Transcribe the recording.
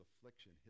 affliction